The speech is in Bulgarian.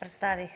представих